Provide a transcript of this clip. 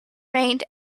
rained